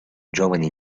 giovane